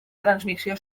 transmissió